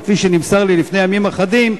וכפי שנמסר לי לפני ימים אחדים,